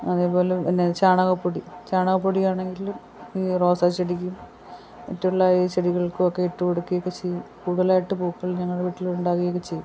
അതേപോലെ തന്നെ ചാണക പൊടി ചാണക പൊടിയാണെങ്കിലും ഈ റോസാ ചെടിക്കും മറ്റുള്ള ഈ ചെടികൾക്കും ഒക്കെ ഇട്ടു കൊടുക്കുകയൊക്കെ ചെയ്യും കൂടുതലായിട്ട് പൂക്കൾ ഞങ്ങളുടെ വീട്ടിലുണ്ടാവുകയൊക്കെ ചെയ്യും